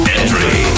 entry